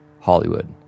Hollywood